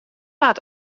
waard